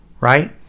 Right